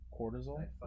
Cortisol